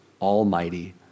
almighty